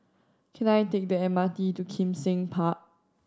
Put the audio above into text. can I take the M R T to Kim Seng Park